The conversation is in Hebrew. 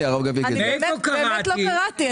אני באמת לא קראתי,